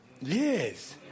Yes